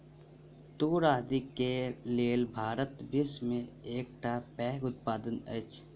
तूर आदि के लेल भारत विश्व में एकटा पैघ उत्पादक अछि